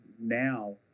now